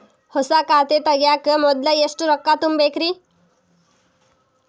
ಹೊಸಾ ಖಾತೆ ತಗ್ಯಾಕ ಮೊದ್ಲ ಎಷ್ಟ ರೊಕ್ಕಾ ತುಂಬೇಕ್ರಿ?